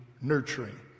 nurturing